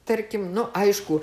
tarkim nu aišku